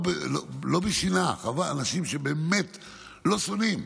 לא משנאה, באמת, אנשים שלא שונאים.